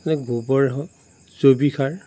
যে গোবৰ হওক জৈৱিক সাৰ